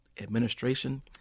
administration